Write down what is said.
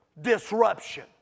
disruption